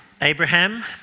Abraham